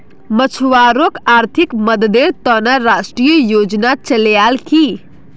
मछुवारॉक आर्थिक मददेर त न राष्ट्रीय योजना चलैयाल की